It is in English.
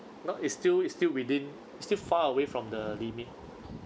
not it's still it's still within still far away from the limit